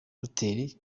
reuters